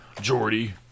Jordy